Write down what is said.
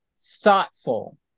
thoughtful